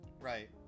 Right